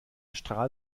strahl